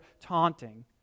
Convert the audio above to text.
taunting